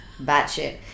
batshit